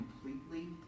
completely